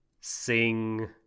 sing